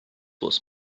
was